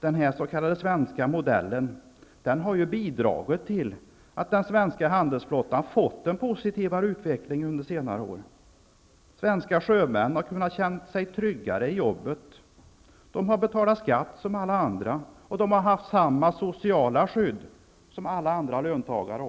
Denna s.k. svenska modell har bidragit till att den svenska handelsflottan fått en positivare utveckling under senare år. Svenska sjömän har känt sig tryggare i jobbet. De har betalat skatt som alla andra, och de har haft samma sociala skydd som alla andra löntagare.